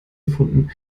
gefunden